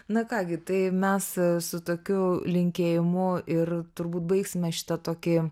na ką gi tai mes su tokiu linkėjimu ir turbūt baigsime šitą tokį